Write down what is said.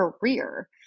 career